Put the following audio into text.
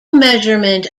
measurement